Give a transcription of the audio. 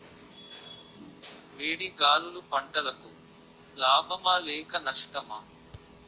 వేడి గాలులు పంటలకు లాభమా లేక నష్టమా?